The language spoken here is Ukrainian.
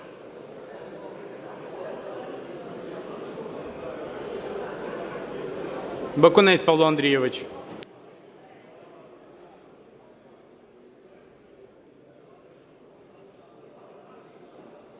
Бакунець Павло Андрійович.